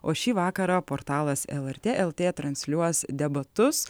o šį vakarą portalas lrt lt transliuos debatus